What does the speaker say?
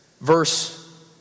Verse